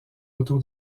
autour